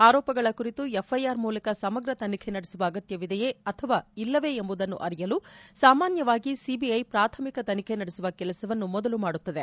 ಆರೋಪಗಳ ಕುರಿತು ಎಫ್ಐಆರ್ ಮೂಲಕ ಸಮಗ್ರ ತನಿಖೆ ನಡೆಸುವ ಅಗತ್ಯವಿದೆಯೇ ಅಥವಾ ಇಲ್ಲವೇ ಎಂಬುದನ್ನು ಅರಿಯಲು ಸಾಮಾನ್ಯವಾಗಿ ಸಿಬಿಐ ಪ್ರಾಥಮಿಕ ತನಿಖೆ ನಡೆಸುವ ಕೆಲಸವನ್ನು ಮೊದಲು ಮಾಡುತ್ತದೆ